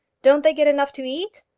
don't they get enough to eat?